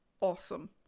awesome